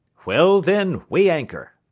well, then, weigh anchor.